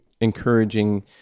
encouraging